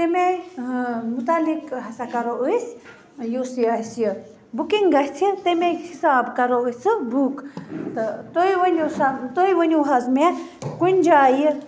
تَمے مُتعلِق ہَسا کَرَو أسۍ یُس اَسہِ یہِ بُکِنٛگ گَژھِ تمے حِساب کَرو أسۍ سُہ بُک تہٕ تُہۍ ؤنِو سا تُہۍ ؤنِو حظ مےٚ کُنہِ جایہِ